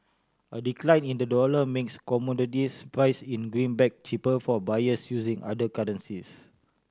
a decline in the dollar makes commodities priced in the greenback cheaper for buyers using other currencies